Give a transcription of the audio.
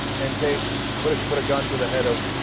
and take but if you put a gun to the head of